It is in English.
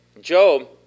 Job